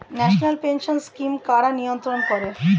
National pension scheme কারা নিয়ন্ত্রণ করে?